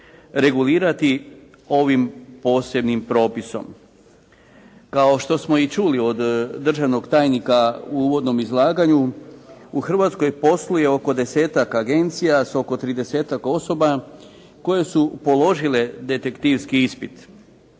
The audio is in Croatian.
regulirati ovim posebnim propisom. Kao što smo i čuli od državnog tajnika u uvodnom izlaganju, u Hrvatskoj posluje oko desetak agencija s oko 30-tak osoba koje su položile detektivski ispit